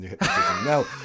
No